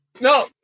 No